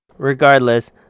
Regardless